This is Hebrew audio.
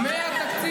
מה?